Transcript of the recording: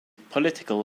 political